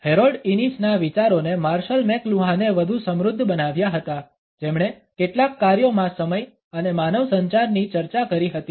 Harold ઈનિસના વિચારોને Marshall મેકલુહાને વધુ સમૃદ્ધ બનાવ્યા હતા જેમણે કેટલાક કાર્યોમાં સમય અને માનવ સંચારની ચર્ચા કરી હતી